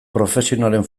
profesionalen